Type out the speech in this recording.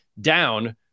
down